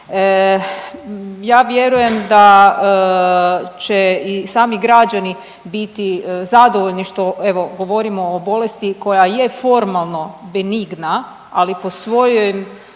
Ja vjerujem da će i sami građani biti zadovoljni što evo govorimo o bolesti koja je formalno benigna, ali po svojoj